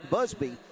Busby